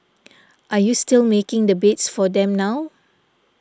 are you still making the beds for them now